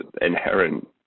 inherent